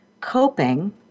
coping